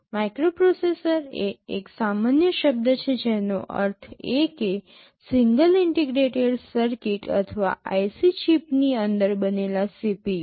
microprocessor એ એક સામાન્ય શબ્દ છે જેનો અર્થ એ કે સિંગલ ઇન્ટિગ્રેટેડ સર્કિટ અથવા IC ચિપની અંદર બનેલા CPU